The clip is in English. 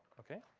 ok.